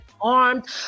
armed